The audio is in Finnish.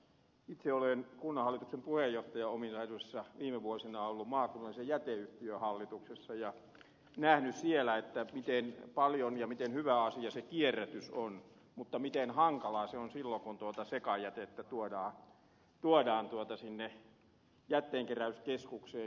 itse olen kunnanhallituksen puheenjohtajan ominaisuudessa viime vuosina ollut maakunnallisen jäteyhtiön hallituksessa ja nähnyt siellä miten paljon kierrätystä on ja miten hyvä asia se kierrätys on mutta miten hankalaa se on silloin kun sekajätettä tuodaan sinne jätteenkeräyskeskukseen